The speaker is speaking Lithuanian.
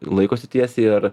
laikosi tiesiai ar